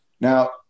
Now